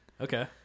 Okay